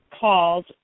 calls